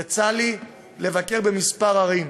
יצא לי לבקר בכמה ערים,